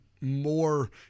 more